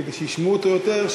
כדי שישמעו אותו יותר,